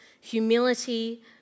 humility